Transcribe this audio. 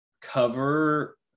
cover